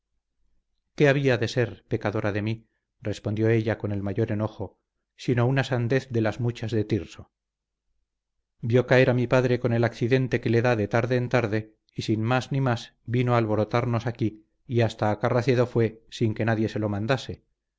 qué había de ser pecadora de mí respondió ella con el mayor enojo sino una sandez de las muchas de tirso vio caer a mi padre con el accidente que le da de tarde en tarde y sin más ni más vino a alborotarnos aquí y hasta a carracedo fue sin que nadie se lo mandase